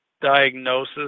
diagnosis